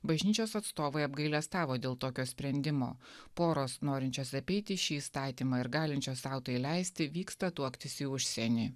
bažnyčios atstovai apgailestavo dėl tokio sprendimo poros norinčios apeiti šį įstatymą ir galinčios tai leisti vyksta tuoktis į užsienį